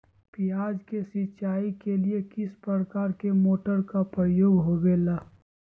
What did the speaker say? प्याज के सिंचाई के लिए किस प्रकार के मोटर का प्रयोग होवेला?